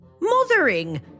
mothering